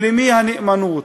ולמי הנאמנות?